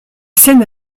scène